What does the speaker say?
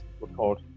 record